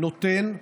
נותן,